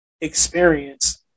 experience